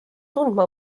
tundma